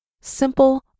simple